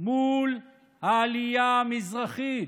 מול העלייה המזרחית,